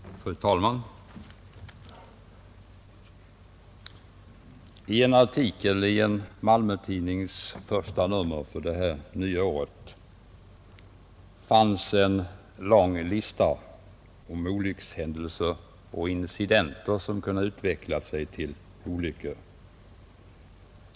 Fru talman! I en artikel i årets första nummer av en Malmötidning fanns en lång lista över olyckshändelser och incidenter som kunde ha utvecklat sig till olyckor.